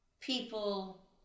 people